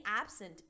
absent